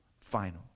final